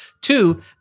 Two